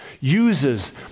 uses